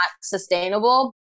sustainable